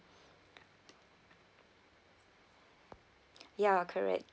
ya correct